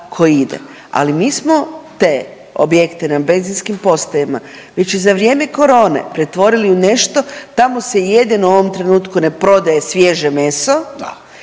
Ali mi smo te objekte na benzinskim postajama znači za vrijeme korone pretvorili u nešto tamo se jedino u ovom trenutku ne prodaje svježe meso